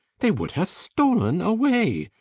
they would have stol'n away,